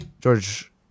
George